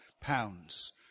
pounds